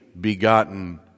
begotten